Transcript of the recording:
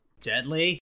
gently